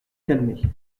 calmer